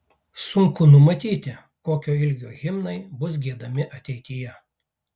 sunku numatyti kokio ilgio himnai bus giedami ateityje